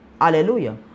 Hallelujah